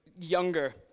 Younger